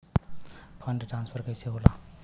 Fund transfer कैसे होला?